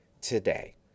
today